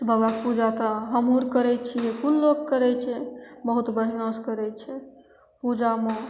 बाबाके पूजा कै हमहूँ आओर करै छिए कोन लोक करै छै बहुत बढ़िआँसे करै छै पूजामे